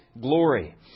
glory